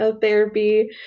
therapy